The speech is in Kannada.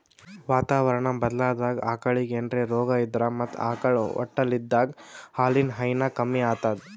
ವಾತಾವರಣಾ ಬದ್ಲಾದಾಗ್ ಆಕಳಿಗ್ ಏನ್ರೆ ರೋಗಾ ಇದ್ರ ಮತ್ತ್ ಆಕಳ್ ಹೊಟ್ಟಲಿದ್ದಾಗ ಹಾಲಿನ್ ಹೈನಾ ಕಮ್ಮಿ ಆತದ್